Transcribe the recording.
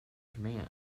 command